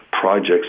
projects